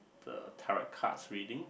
uh tarot cards reading